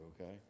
okay